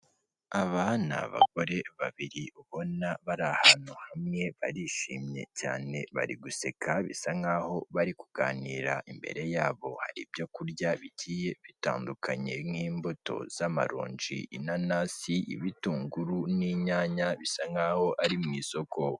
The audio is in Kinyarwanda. Aba ni abagore babiri ubona bari ahantu hamwe barishimye cyane bari guseka, bisa nkaho bari kuganira, imbere yabo hari ibyokurya bigiye bitandukanye nk'imbuto z'amaronji, inanasi, ibitunguru, n'inyanya, bisa nkaho ari mu isoko.